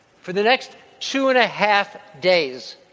for the next two and a half days,